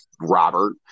Robert